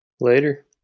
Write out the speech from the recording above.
Later